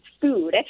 food